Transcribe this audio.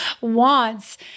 wants